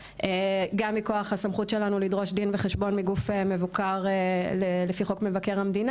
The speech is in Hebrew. גם מכוח הסמכות שלנו לדרוש דין וחשבון מגוף מבוקר לפי חוק מבקר המדינה.